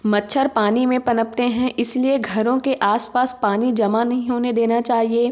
मच्छर पानी में पनपते हैं इसलिए घरों के आस पास पानी जमा नहीं होने देना चाहिए